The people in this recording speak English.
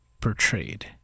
portrayed